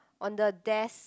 on the desk